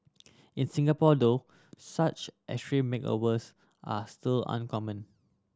in Singapore though such extreme makeovers are still uncommon